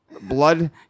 blood